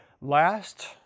last